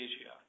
Asia